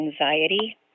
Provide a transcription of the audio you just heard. anxiety